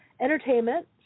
entertainment